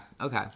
Okay